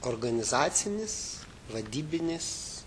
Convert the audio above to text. organizacinis vadybinis